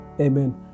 Amen